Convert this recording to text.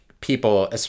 people